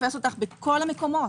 תופס אותך בכל המקומות.